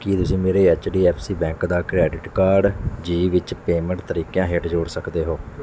ਕੀ ਤੁਸੀਂਂ ਮੇਰੇ H D F C bank ਦਾ ਕਰੈਡਿਟ ਕਾਰਡ ਜ਼ੀ ਵਿੱਚ ਪੇਮੈਂਟ ਤਰੀਕਿਆਂ ਹੇਠ ਜੋੜ ਸਕਦੇ ਹੋ